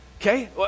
okay